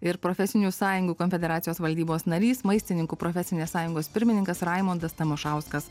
ir profesinių sąjungų konfederacijos valdybos narys maistininkų profesinės sąjungos pirmininkas raimundas tamošauskas